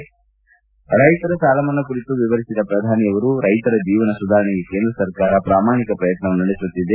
ರ್ಲೆತರ ಸಾಲಾ ಮನ್ನಾ ಕುರಿತು ವಿವರಿಸಿದ ಪ್ರಧಾನಿ ರೈತರ ಜೀವನ ಸುಧಾರಣೆಗೆ ಕೇಂದ್ರ ಸರ್ಕಾರ ಪ್ರಮಾಣಿಕ ಪ್ರಯತ್ನ ನಡೆಸುತ್ತಿದೆ